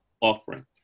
offering